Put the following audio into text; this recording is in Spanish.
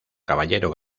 caballero